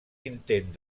intent